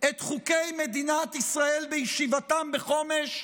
את חוקי מדינת ישראל בישיבתם בחומש?